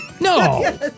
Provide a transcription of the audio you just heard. No